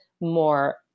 more